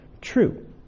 true